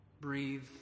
breathe